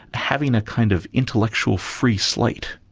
having a kind of intellectual free slate,